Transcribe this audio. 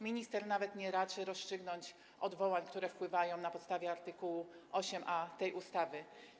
Minister nawet nie raczy rozstrzygnąć odwołań, które wpływają na podstawie art. 8a tej ustawy.